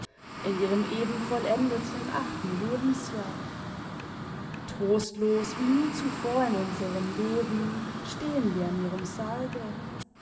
in ihrem eben vollendeten achten lebensjahr trostlos wie nie zuvor in unserem leben stehen wir an ihrem sarge